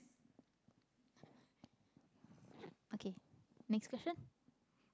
okay next question